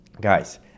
guys